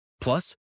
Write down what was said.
Plus